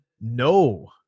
no